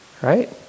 Right